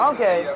Okay